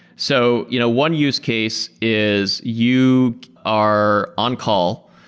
so you know one use case is you are on call,